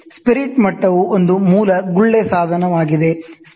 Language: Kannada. ಸ್ಪಿರಿಟ್ ಮಟ್ಟವು ಒಂದು ಬೇಸಿಕ್ ಬಬಲ್ ಇನ್ಸ್ಟ್ರುಮೆಂಟ್